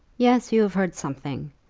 yes, you have heard something!